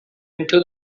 into